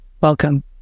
Welcome